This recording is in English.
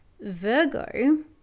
Virgo